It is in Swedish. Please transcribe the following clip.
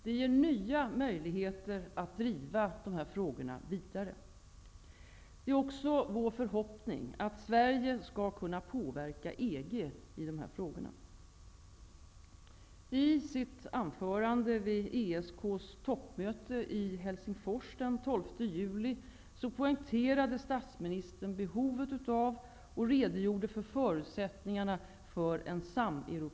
Det ger nya möjligheter att driva dessa frågor vidare. Det är också vår förhoppning att Sverige skall kunna påverka EG i dessa frågor.